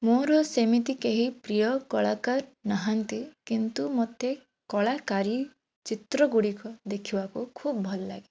ମୋର ସେମିତି କେହି ପ୍ରିୟ କଳାକାର ନାହାନ୍ତି କିନ୍ତୁ ମୋତେ କଳାକାରୀ ଚିତ୍ରଗୁଡ଼ିକ ଦେଖିବାକୁ ଖୁବ ଭଲଲାଗେ